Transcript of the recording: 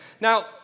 Now